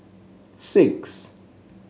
six